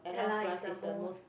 Ella is the most